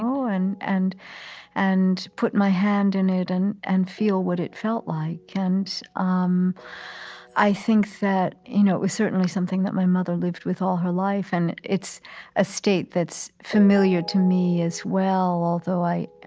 and and and put my hand in it and and feel what it felt like. and um i think that you know it was certainly something that my mother lived with, all her life and it's a state that's familiar to me, as well, although i